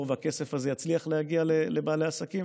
והכסף הזה יצליח להגיע לבעלי העסקים.